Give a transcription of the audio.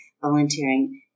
volunteering